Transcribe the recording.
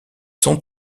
sont